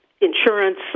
insurance